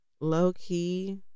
Low-key